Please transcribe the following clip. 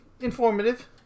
informative